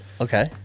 Okay